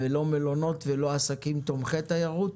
לא מלונות ולא עסקים תומכי תיירות.